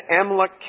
Amalek